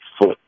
foot